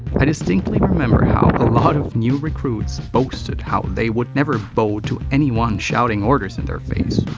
i distinctly remember how a lot of new recruits boasted how they would never bow to anyone shouting orders in their face.